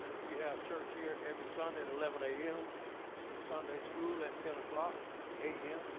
we have church here every sunday at eleven a m sunday school at ten o'clock a m